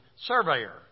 surveyor